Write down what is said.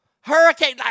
Hurricane